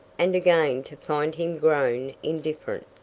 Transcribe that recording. and again to find him grown indifferent.